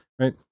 right